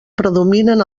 predominen